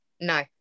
No